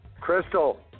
Crystal